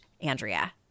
Andrea